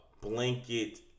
blanket